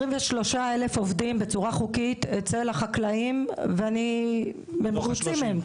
23 אלף עובדים בצורה חוקית אצל החקלאים והם מרוצים מהם,